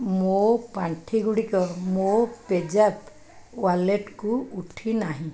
ମୋ ପାଣ୍ଠି ଗୁଡ଼ିକ ମୋ ପେ ଜାପ୍ ୱାଲେଟ୍କୁ ଉଠିନାହିଁ